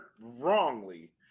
wrongly